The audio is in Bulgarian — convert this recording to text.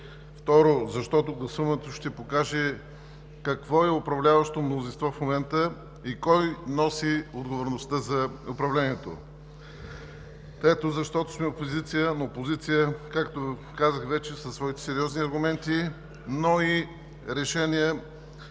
второ, защото гласуването ще покаже какво е управляващото мнозинство в момента и кой носи отговорността за управлението; трето, защото сме опозиция. Но опозиция, както казах вече, със своите сериозни аргументи и решение